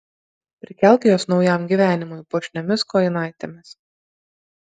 prikelk juos naujam gyvenimui puošniomis kojinaitėmis